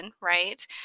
right